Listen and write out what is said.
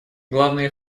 главные